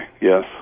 yes